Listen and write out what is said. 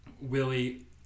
Willie